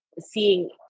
seeing